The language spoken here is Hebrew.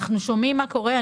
אנחנו שומעים מה קורה.